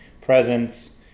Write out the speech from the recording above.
presence